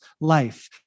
life